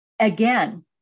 again